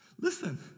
Listen